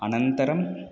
अनन्तरम्